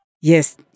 Yes